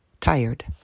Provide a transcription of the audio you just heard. tired